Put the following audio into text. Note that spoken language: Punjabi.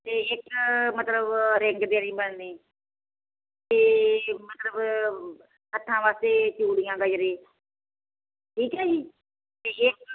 ਅਤੇ ਇੱਕ ਮਤਲਬ ਰਿੰਗ ਦੇਣੀ ਬਣਨੀ ਅਤੇ ਮਤਲਬ ਹੱਥਾਂ ਵਾਸਤੇ ਚੂੜੀਆਂ ਗਜਰੇ ਠੀਕ ਹੈ ਜੀ ਅਤੇ ਇੱਕ